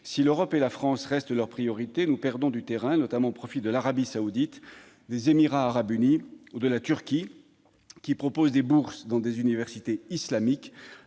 Si l'Europe et la France restent leur priorité, nous perdons du terrain, notamment au profit de l'Arabie saoudite, des Émirats arabes unis ou de la Turquie, qui proposent des bourses dans des universités islamiques.